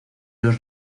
los